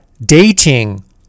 dating